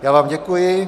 Já vám děkuji.